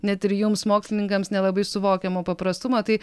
net ir jums mokslininkams nelabai suvokiamo paprastumo tai